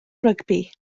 rygbi